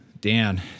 dan